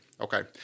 Okay